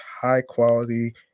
high-quality